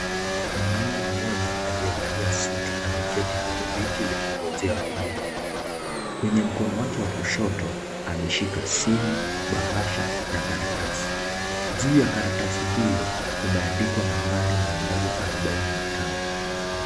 Mwanaume moja aliyevalia suti ameketi kwenye viti vya kungojea huduma kwenye mkono wake wa kushoto ameshika simu, bahasha na karatasi. Juu ya karatasi hilo imeandikwa mia moja arobaini na tano